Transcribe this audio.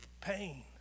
pain